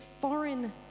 foreign